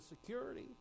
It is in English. security